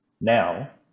now